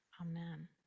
Amen